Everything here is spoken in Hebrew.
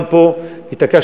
גם פה התעקשנו,